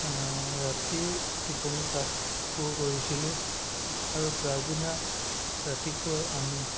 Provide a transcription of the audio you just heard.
ৰাতিৰ টোপনি তাত পূৰ কৰিছিলোঁ আৰু পাছদিনা ৰাতিপুৱাই আমি